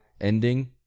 ending